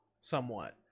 somewhat